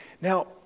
Now